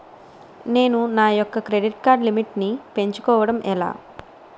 నేను నా యెక్క క్రెడిట్ కార్డ్ లిమిట్ నీ పెంచుకోవడం ఎలా?